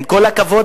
עם כל הכבוד,